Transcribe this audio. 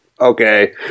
okay